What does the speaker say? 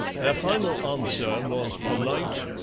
their final answer was polite,